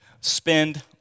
spend